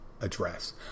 address